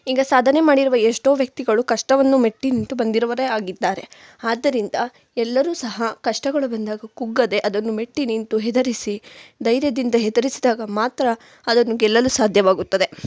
ಈಗ ಸಾಧನೆ ಮಾಡಿರುವ ಎಷ್ಟೋ ವ್ಯಕ್ತಿಗಳು ಕಷ್ಟವನ್ನು ಮೆಟ್ಟಿ ನಿಂತು ಬಂದಿರುವರೆ ಆಗಿದ್ದಾರೆ ಆದ್ದರಿಂದ ಎಲ್ಲರೂ ಸಹ ಕಷ್ಟಗಳು ಬಂದಾಗ ಕುಗ್ಗದೆ ಅದನ್ನು ಮೆಟ್ಟಿ ನಿಂತು ಹೆದರಿಸಿ ಧೈರ್ಯದಿಂದ ಹೆದರಿಸಿದಾಗ ಮಾತ್ರ ಅದನ್ನು ಗೆಲ್ಲಲು ಸಾಧ್ಯವಾಗುತ್ತದೆ